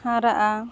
ᱦᱟᱨᱟᱜᱼᱟ